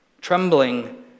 Trembling